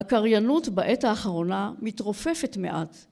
הקריינות בעת האחרונה מתרופפת מעט.